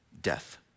death